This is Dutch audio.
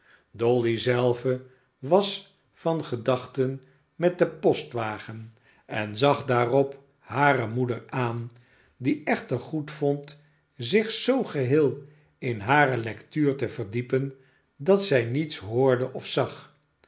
dolly zelve was van gedachten met den postwagen en zag daarop hare moeder aan die echter goedvond zich zoo geheel in hare lectuur te verdiepen dat zij niets hoordeofzag martha zeide